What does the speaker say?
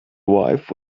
wife